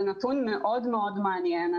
זה נתון מאוד מאוד מעניין.